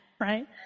right